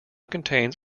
contains